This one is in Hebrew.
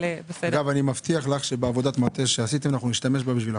אני מבטיח לך שנשתמש בעבודת המטה שעשיתם לצורך החוק.